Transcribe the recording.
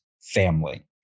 family